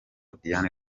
diane